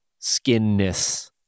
skinness